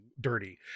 dirty